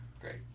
Great